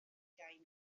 ugain